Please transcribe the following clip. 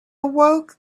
awoke